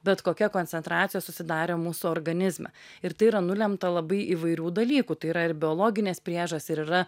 bet kokia koncentracija susidarė mūsų organizme ir tai yra nulemta labai įvairių dalykų tai yra ir biologinės priežas ir yra